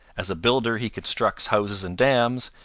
as a builder he constructs houses and dams,